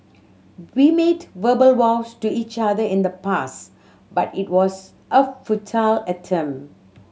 we made verbal vows to each other in the past but it was a futile attempt